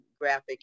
graphic